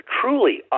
truly